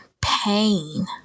pain